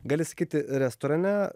gali sakyti restorane